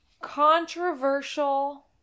Controversial